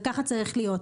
וכך צריך להיות.